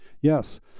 Yes